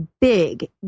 big